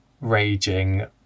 raging